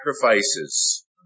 sacrifices